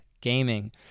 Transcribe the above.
gaming